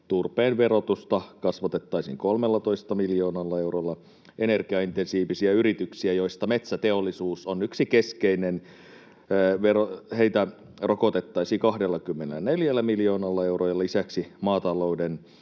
turpeen verotusta kasvatettaisiin 13 miljoonalla eurolla, energiaintensiivisiä yrityksiä, joista metsäteollisuus on yksi keskeinen, rokotettaisiin 24 miljoonalla eurolla ja lisäksi maatalouden